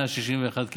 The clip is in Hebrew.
161 קילוואט,